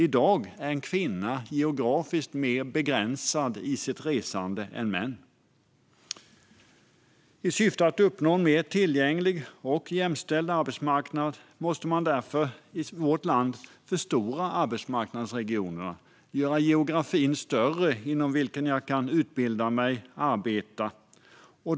I dag är en kvinna mer geografiskt begränsad i sitt resande än en man. I syfte att uppnå en mer tillgänglig och jämställd arbetsmarknad måste vi därför i vårt land förstora arbetsmarknadsregionerna och göra geografin större inom vilken jag kan utbilda mig och arbeta.